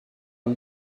une